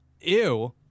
ew